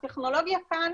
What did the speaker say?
הטכנולוגיה כאן,